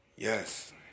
Yes